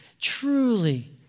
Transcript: truly